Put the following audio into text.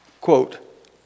Quote